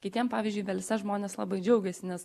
kitiem pavyzdžiui velse žmonės labai džiaugiasi nes